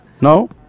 No